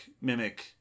mimic